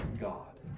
God